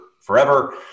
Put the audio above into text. forever